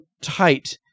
tight